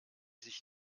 sich